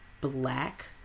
black